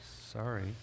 Sorry